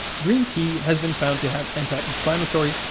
green tea has been found to have anti-inflammatory,